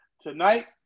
tonight